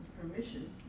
Permission